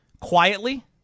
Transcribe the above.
quietly